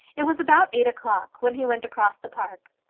it was about eight o'clock when he went across the park.